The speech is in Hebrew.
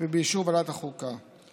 ובאישור ועדת החוקה.